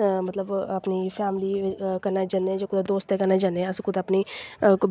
मतलब अपनी फैमली कन्नै जन्ने जां दोस्तें कन्नै जन्ने अस कुतै अपनी